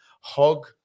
Hog